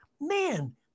man